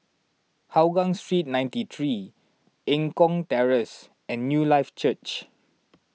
Hougang Street ninety three Eng Kong Terrace and Newlife Church